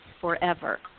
forever